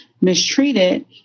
mistreated